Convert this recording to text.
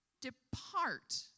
depart